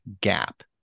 gap